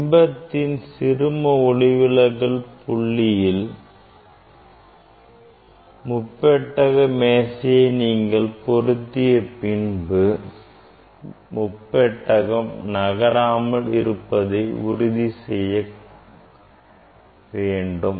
பிம்பத்தின் சிறும ஒளிவிலகல் புள்ளியில் முப்பெட்டக மேசையை நீங்கள் பொருத்திய பின்பு முப்பெட்டகம் நகராமல் இருப்பதை உறுதி செய்துகொள்ள வேண்டும்